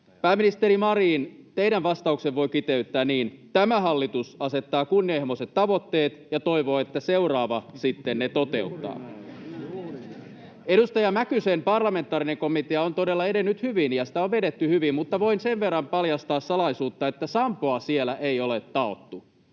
Pääministeri Marin, teidän vastauksenne voi kiteyttää niin, että tämä hallitus asettaa kunnianhimoiset tavoitteet ja toivoo, että seuraava sitten ne toteuttaa. Edustaja Mäkysen parlamentaarinen komitea on todella edennyt hyvin, ja sitä on vedetty hyvin, mutta voin sen verran paljastaa salaisuutta, että sampoa siellä ei ole taottu.